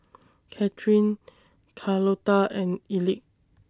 Kathryn Carlota and Elick